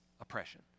oppression